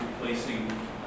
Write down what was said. replacing